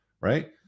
right